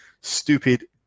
stupid